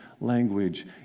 language